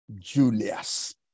Julius